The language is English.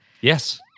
Yes